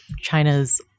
China's